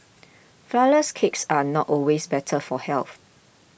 Flourless Cakes are not always better for health